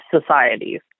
societies